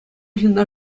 ҫынна